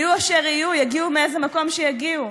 יהיו אשר יהיו, יגיעו מאיזה מקום שיגיעו?